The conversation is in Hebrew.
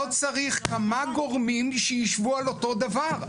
לא צריך כמה גורמים שישבו על אותו דבר.